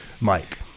Mike